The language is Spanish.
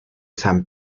san